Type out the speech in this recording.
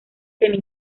semi